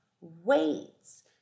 weights